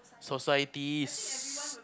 societies